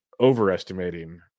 overestimating